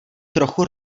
trochu